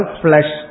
flesh